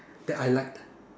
that I liked